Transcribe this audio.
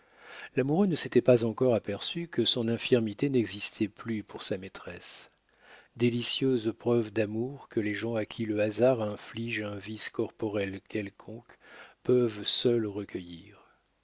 l'amoureux ne s'était pas encore aperçu que son infirmité n'existait plus pour sa maîtresse délicieuse preuve d'amour que les gens à qui le hasard inflige un vice corporel quelconque peuvent seuls recueillir